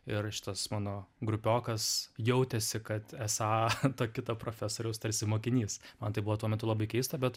ir šitas mano grupiokas jautėsi kad esą to kito profesoriaus tarsi mokinys man tai buvo tuo metu labai keista bet